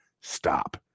stop